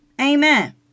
Amen